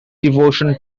devotion